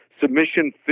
submission